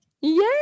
Yay